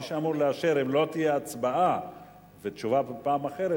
מי שאמור לאשר אם לא תהיה הצבעה ותשובה בפעם אחרת,